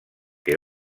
que